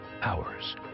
Hours